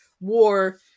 war